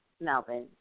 Melvin